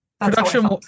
production